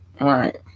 right